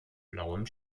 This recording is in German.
blauem